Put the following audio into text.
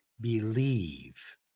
believe